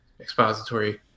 expository